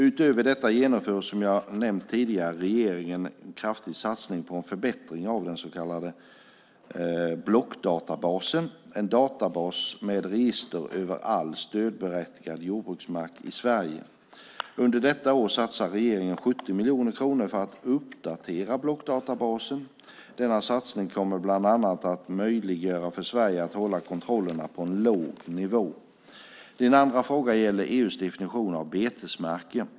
Utöver detta genomför, som jag tidigare nämnt, regeringen en kraftig satsning på en förbättring av den så kallade blockdatabasen, en databas med register över all stödberättigad jordbruksmark i Sverige. Under detta år satsar regeringen 70 miljoner kronor för att uppdatera blockdatabasen. Denna satsning kommer bland annat att möjliggöra för Sverige att hålla kontrollerna på en låg nivå. Din andra fråga gäller EU:s definition av betesmarker.